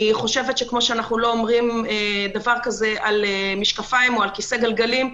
כפי שאנחנו לא אומרים דבר כזה על משקפיים או על כיסא גלגלים,